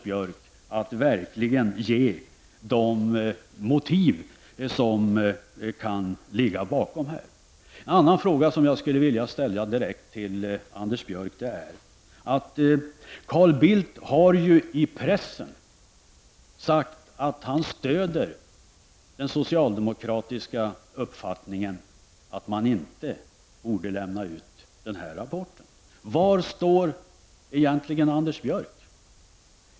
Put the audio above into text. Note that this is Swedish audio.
Det finns verkligen anledning för Anders Björck att motivera sitt ställningstagande. Carl Bildt har i pressen sagt att han stöder den socialdemokratiska uppfattningen om att denna rapport inte bör lämnas ut. Var står egentligen Anders Björck?